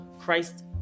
Christ